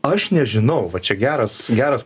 aš nežinau va čia geras geras